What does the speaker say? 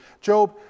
Job